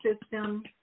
system